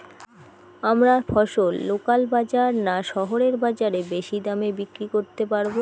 আমরা ফসল লোকাল বাজার না শহরের বাজারে বেশি দামে বিক্রি করতে পারবো?